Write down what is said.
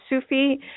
Sufi